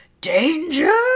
danger